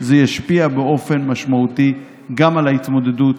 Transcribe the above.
זה ישפיע באופן משמעותי גם על ההתמודדות